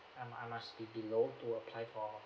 I mu~ I must be below to apply for